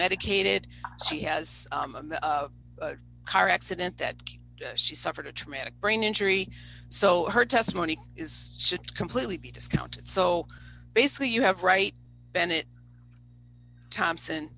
medicated she has a car accident that she suffered a traumatic brain injury so her testimony is should completely be discounted so basically you have right bennett thompson